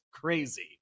Crazy